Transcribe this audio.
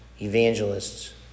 evangelists